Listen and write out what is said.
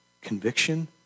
conviction